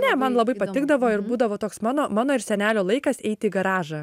ne man labai patikdavo ir būdavo toks mano mano ir senelio laikas eiti į garažą